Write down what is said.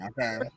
Okay